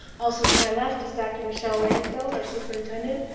also, to my left is dr. michelle langenfeld, our superintendent,